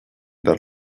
dar